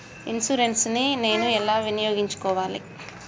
Insurance ని నేను ఎలా వినియోగించుకోవాలి?